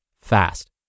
fast